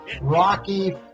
Rocky